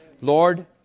Lord